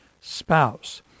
spouse